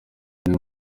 niwe